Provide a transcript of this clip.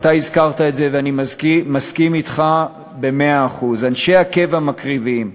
אתה הזכרת את זה ואני מסכים אתך במאה אחוז: אנשי הקבע מקריבים.